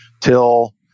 till